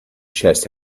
chest